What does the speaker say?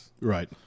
Right